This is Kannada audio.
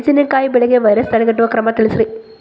ಮೆಣಸಿನಕಾಯಿ ಬೆಳೆಗೆ ವೈರಸ್ ತಡೆಗಟ್ಟುವ ಕ್ರಮ ತಿಳಸ್ರಿ